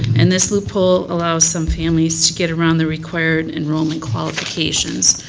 and this loophole allows some families to get around the required enrollment qualifications.